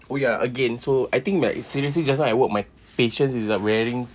oh ya again so I think like seriously just now I work my patience is like wearing